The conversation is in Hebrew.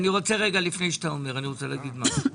לפני כן אני רוצה לומר משהו.